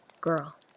girl